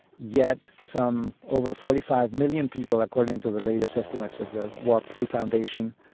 yet some over forty five million people, according to the latest estimates of the walk free foundation,